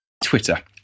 Twitter